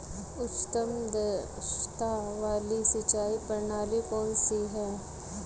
उच्चतम दक्षता वाली सिंचाई प्रणाली कौन सी है?